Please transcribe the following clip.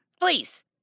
please